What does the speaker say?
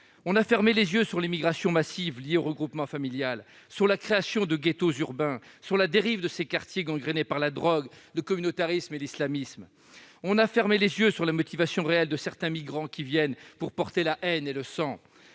On a fermé les yeux sur l'immigration massive liée au regroupement familial, sur la création de ghettos urbains, sur la dérive de ces quartiers gangrenés par la drogue, le communautarisme et l'islamisme. On a fermé les yeux sur les motivations réelles de certains migrants qui viennent pour porter la haine et le sang.